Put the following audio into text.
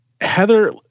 Heather